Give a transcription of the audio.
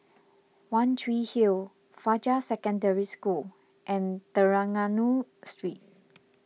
one Tree Hill Fajar Secondary School and Trengganu Street